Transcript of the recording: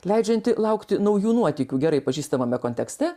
leidžianti laukti naujų nuotykių gerai pažįstamame kontekste